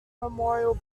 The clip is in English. memorial